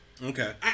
Okay